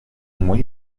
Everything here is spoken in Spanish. muy